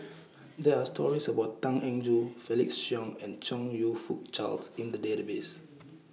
There Are stories about Tan Eng Joo Felix Cheong and Chong YOU Fook Charles in The Database